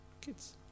kids